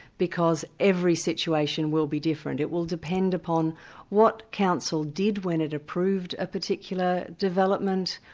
because every situation will be different. it will depend upon what council did when it approved a particular development,